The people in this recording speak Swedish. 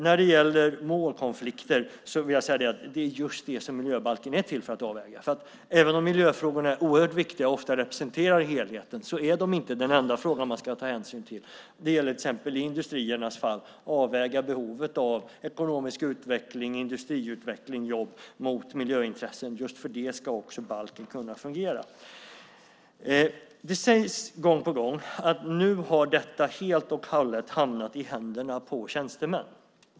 När det gäller målkonflikter vill jag säga att det är just det miljöbalken är till för att avväga, för även om miljöfrågorna är oerhört viktiga och ofta representerar helheten är de inte de enda frågorna man ska ta hänsyn till. Det gäller till exempel i industriernas fall att avväga behovet av ekonomisk utveckling, industriutveckling och jobb mot miljöintressen. Just för detta ska balken kunna fungera. Det sägs gång på gång att nu har detta helt och hållet hamnat i händerna på tjänstemän.